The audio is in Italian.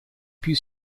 più